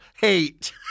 hate